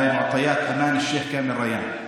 הנתונים של מרכז ריאן של שיח' כאמל ריאן,